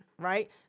right